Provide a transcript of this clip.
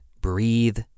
breathe